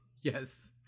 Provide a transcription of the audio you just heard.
Yes